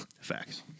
Facts